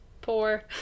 poor